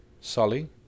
Sully